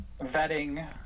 vetting